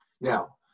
Now